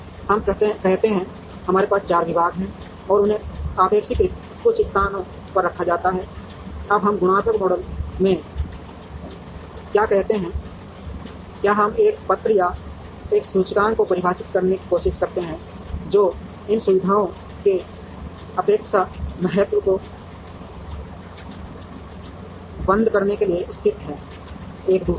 हम कहते हैं हमारे पास 4 विभाग हैं और उन्हें अपेक्षाकृत कुछ स्थानों पर रखा जाना है अब हम गुणात्मक मॉडल में क्या करते हैं क्या हम एक पत्र या एक सूचकांक को परिभाषित करने की कोशिश करते हैं जो इन सुविधाओं के सापेक्ष महत्व को बंद करने के लिए स्थित है एक दूसरे को